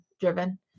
driven